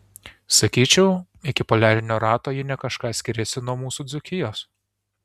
sakyčiau iki poliarinio rato ji ne kažką skiriasi nuo mūsų dzūkijos